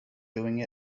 doing